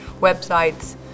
websites